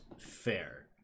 fair